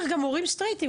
גם הורים סטרייטים.